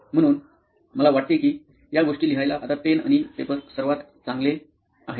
म्हणून मला वाटते की या गोष्टी लिहायला आता पेन आणि पेपर सर्वात चांगले आहे